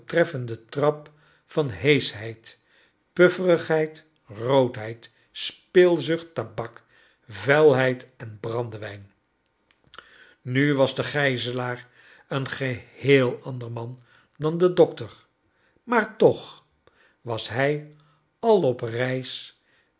overtreffenden trap van heeschheid pufferigheid roodheid speelzuc t tabak vuilheid en brandewijn nu was de gijzelaar een geheel ander man dan de dokter maar toch was hij al op reis